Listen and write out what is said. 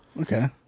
Okay